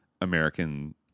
american